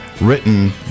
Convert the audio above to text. Written